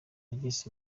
regis